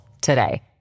today